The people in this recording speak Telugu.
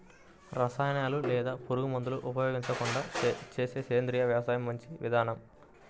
రసాయనాలు లేదా పురుగుమందులు ఉపయోగించకుండా చేసే సేంద్రియ వ్యవసాయం మంచి విధానం